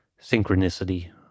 synchronicity